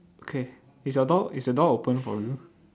okay is your door is the door open for you